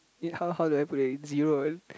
it how how do I put it zero